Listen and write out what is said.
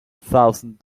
thousand